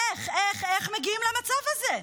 איך, איך, איך מגיעים למצב הזה?